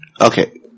Okay